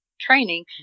training